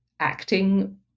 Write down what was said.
acting